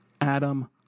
Adam